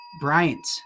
Bryant